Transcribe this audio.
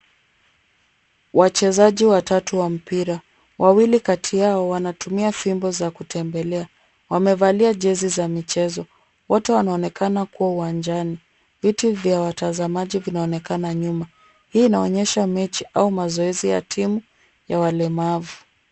Wachezaji watatu wa mpira. Wawili kati yao wanatumia fimbo za kutembelea. Wamevalia jezi za michezo. Wote wanaonekana kuwa uwanjani. Viti vya watazamaji vinaonekana nyuma. Hii inaonyesha mechi au mazoezi ya timu ya walemavu.